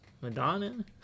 Madonna